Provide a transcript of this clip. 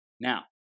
Now